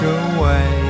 away